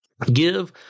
Give